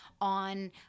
on